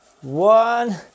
one